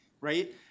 right